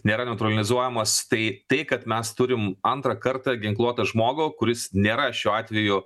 nėra neutralizuojamas tai tai kad mes turim antrą kartą ginkluotą žmogų kuris nėra šiuo atveju